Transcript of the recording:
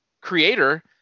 creator